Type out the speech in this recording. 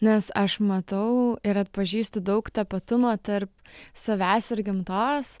nes aš matau ir atpažįstu daug tapatumo tarp savęs ir gamtos